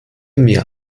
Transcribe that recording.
mir